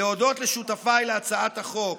ולהודות לשותפיי להצעת החוק,